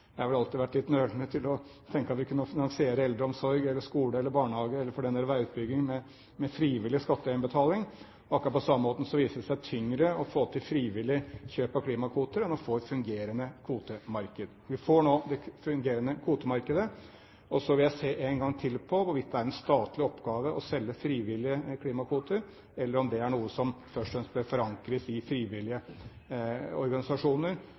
Jeg har vel alltid vært litt nølende med å tenke at vi kunne finansiere eldreomsorg eller skole eller barnehage, eller for den del veiutbygging, med frivillig skatteinnbetaling. Akkurat på samme måten viser det seg tyngre å få til frivillig kjøp av klimakvoter enn å få et fungerende kvotemarked. Vi får nå det fungerende kvotemarkedet, og så vil jeg se en gang til på hvorvidt det er en statlig oppgave å selge frivillige klimakvoter, eller om det er noe som først og fremst bør forankres i frivillige organisasjoner,